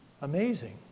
Amazing